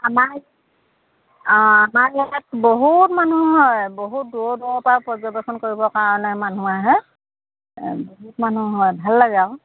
আমাৰ অঁ আমাৰ ইয়াত বহুত মানুহ হয় বহুত দূৰৰ দূৰৰ পৰা পৰ্যবেক্ষণ কৰিবৰ কাৰণে মানুহ আহে বহুত মানুহ হয় ভাল লাগে আৰু